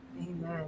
amen